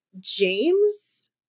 James